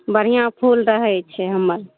बढ़िआँ फुल रहै छै हमर